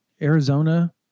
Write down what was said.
Arizona